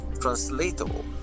Translatable